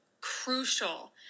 crucial